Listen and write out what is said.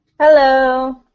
Hello